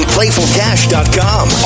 PlayfulCash.com